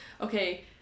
okay